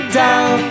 down